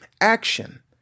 Action